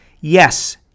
yes